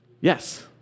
Yes